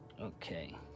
Okay